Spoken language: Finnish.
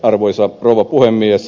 arvoisa rouva puhemies